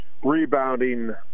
rebounding